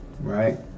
right